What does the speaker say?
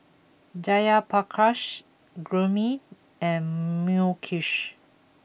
Jayaprakash Gurmeet and Mukesh